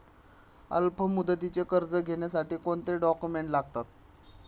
अल्पमुदतीचे कर्ज घेण्यासाठी कोणते डॉक्युमेंट्स लागतात?